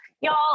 y'all